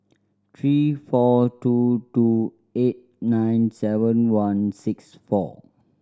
three four two two eight nine seven one six four